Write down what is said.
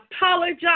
apologize